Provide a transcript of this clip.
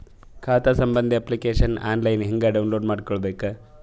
ಖಾತಾ ಸಂಬಂಧಿ application online ಹೆಂಗ್ ಡೌನ್ಲೋಡ್ ಮಾಡಿಕೊಳ್ಳಬೇಕು?